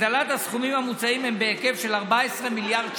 הגדלת הסכומים המוצעים היא בהיקף של 14 מיליארד שקלים.